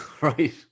Right